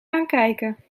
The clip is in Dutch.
aankijken